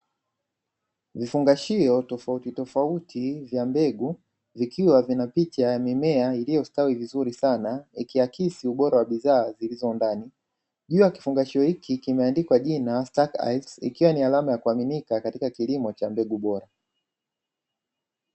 Vifungashio tofautitofauti vya mbegu vikiwa vina picha ya mimea iliyostawi vizuri sana, ikiakisi ubora wa bidhaa zilizo ndani juu ya kifungashio hiki kimeandikwa jina "STARKE AYRES", ikiwa ni alama ya kuaminika katika kilimo cha mbegu bora.